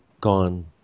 gone